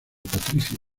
patricio